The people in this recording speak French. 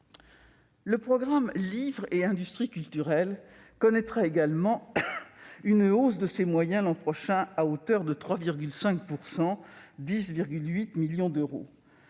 Le programme « Livre et industries culturelles » connaîtra également une hausse de ses moyens l'an prochain de 3,5 %, soit 10,8 millions d'euros.